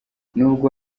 nubwo